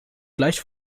gleich